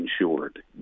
insured